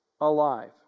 alive